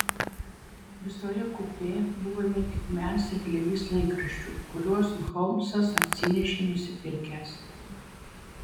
visoje kupė buvome tik mes ir glėbys laikraščių kuriuos holmsas atsinešė nusipirkęs